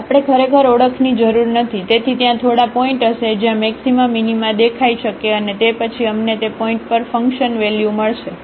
આપણે ખરેખર ઓળખ ની જરૂર નથી તેથી ત્યાં થોડા પોઇન્ટ હશે જ્યાં મક્સિમા મિનિમા દેખાઈ શકે અને તે પછી અમને તે પોઇન્ટ પર ફંકશન વેલ્યુ મળશે